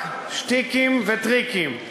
רק שטיקים וטריקים,